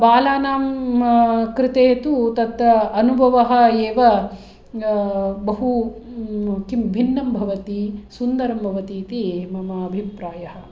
बालानां कृते तु तत् अनुभवः एव बहु किं भिन्नं भवति सुन्दरं भवति इति मम अभिप्रायः